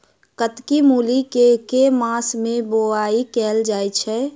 कत्की मूली केँ के मास मे बोवाई कैल जाएँ छैय?